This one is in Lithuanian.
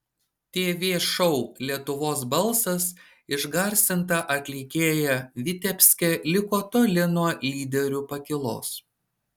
tv šou lietuvos balsas išgarsinta atlikėja vitebske liko toli nuo lyderių pakylos